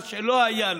מה שלא היה לו.